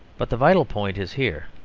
but the vital point is here.